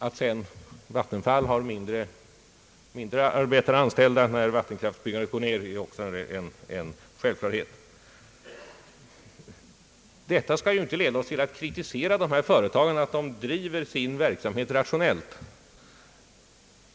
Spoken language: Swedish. Att sedan Vattenfall har ett mindre antal anställda när vattenkraftsutbyggandet minskar är en självklarhet. Det får inte leda oss till att kritisera företagen för att de driver sin verksamhet rationellt.